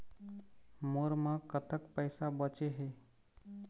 मोर म कतक पैसा बचे हे?